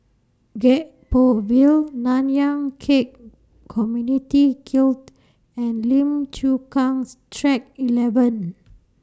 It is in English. Gek Poh Ville Nanyang Khek Community Guild and Lim Chu Kang's Track eleven